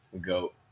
goat